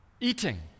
Eating